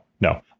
no